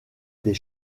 des